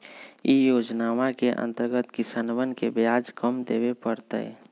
ई योजनवा के अंतर्गत किसनवन के ब्याज कम देवे पड़ तय